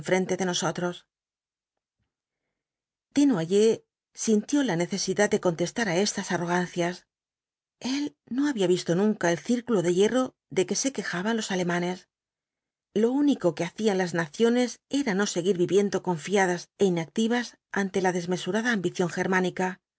de nosotros desnoyers sintió la necesidad de contestar á estas arrogancias el no había visto nunca el círculo de hierro de que se quejaban los alemanes lo único que hacían las naciones era no seguir viviendo confiadas é inactivas ante la desmesurada ambición germánica